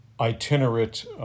itinerant